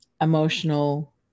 emotional